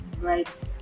right